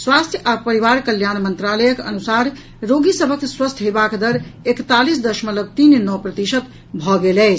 स्वास्थ्य आ परिवार कल्याण मंत्रालयक अनुसार रोगी सभक स्वस्थ हेबाक दर एकतालीस दशमलव तीन नओ प्रतिशत भऽ गेल अछि